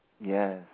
Yes